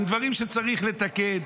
עם דברים שצריך לתקן.